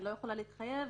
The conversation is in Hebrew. אני לא יכולה להתחייב,